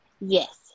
Yes